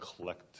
collect